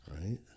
Right